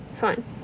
fine